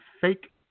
fake